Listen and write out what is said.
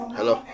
Hello